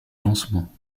lancement